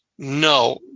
No